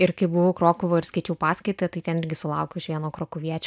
ir kai buvau krokuvoj ir skaičiau paskaitą tai ten irgi sulaukus vieno krokuviečio h